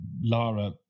Lara